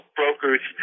brokers